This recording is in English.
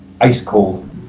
ice-cold